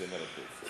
זה מרתק.